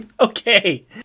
Okay